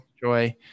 Joy